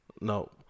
No